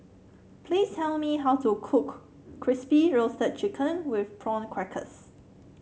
please tell me how to cook Crispy Roasted Chicken with Prawn Crackers